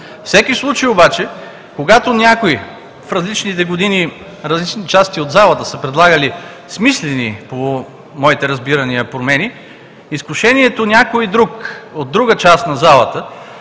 всеки случай обаче, когато някои в различните години от различни части от залата са предлагали смислени по моите разбирания промени, изкушението някой друг от друга част на залата